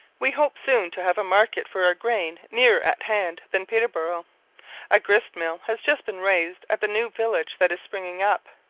we hope soon to have a market for our grain nearer at hand than peterborough a grist-mill has just been raised at the new village that is springing up.